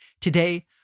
Today